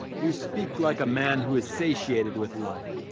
you speak like a man who is satiated with life.